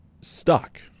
stuck